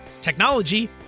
technology